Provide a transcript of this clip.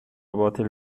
باطل